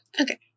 Okay